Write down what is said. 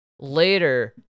Later